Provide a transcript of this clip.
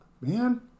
man